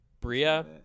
bria